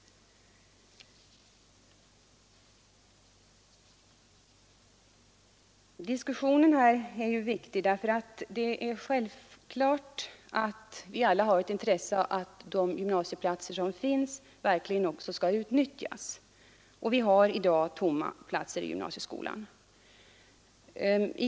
Diskussionen här är ju viktig, för det är självklart att vi alla har ett intresse av att de gymnasieplatser som finns verkligen också utnyttjas. Och vi har i dag tomma platser i gymnasieskolan.